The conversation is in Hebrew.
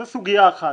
זו סוגיה אחת.